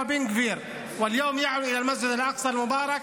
בכל ענייני האזרחים,